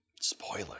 Spoiler